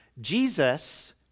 Jesus